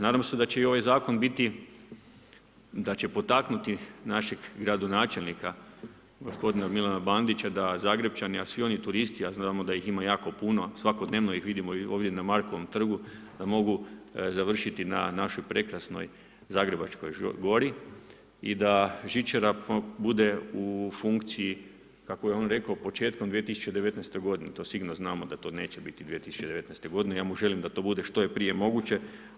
Nadam se da će i ovaj zakon biti da će potaknuti našeg gradonačelnika gospodina Milana Badnića, da Zagrepčani, a svi oni turisti, a znamo da ih ima jako puno, svakodnevno ih vidimo ovdje na Markovom trgu, da mogu završiti na našoj prekrasnoj Zagrebačkoj gori i da žičara bude u funkciji kako je on rekao početkom 2019. g. to sigurno znamo da neće 2019. ja mu želim da to bude što je prije moguće.